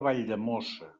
valldemossa